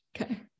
Okay